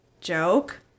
joke